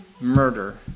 murder